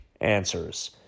answers